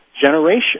generation